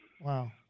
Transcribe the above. Wow